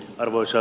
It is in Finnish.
arvoisa